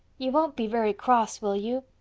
you won't be very cross, will you?